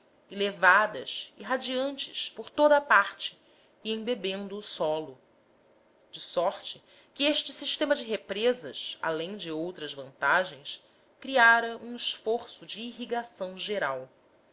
levadas irradiantes por toda a parte e embebendo o solo de sorte que este sistema de represas além de outras vantagens criara um esboço de irrigação geral